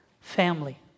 family